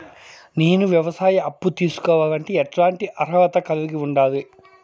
నేను వ్యవసాయ అప్పు తీసుకోవాలంటే ఎట్లాంటి అర్హత కలిగి ఉండాలి?